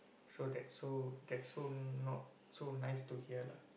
so that so that so not so nice to hear lah